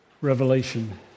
Revelation